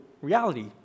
reality